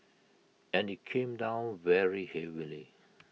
and IT came down very heavily